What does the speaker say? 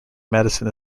medicine